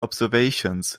observations